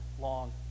long